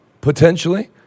Potentially